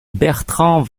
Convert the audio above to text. bertrand